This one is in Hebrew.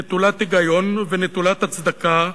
נטולת היגיון ונטולת הצדקה,